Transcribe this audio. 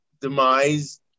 demise